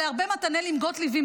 ולהרבה מתנאלים גוטליבים,